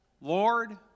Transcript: Lord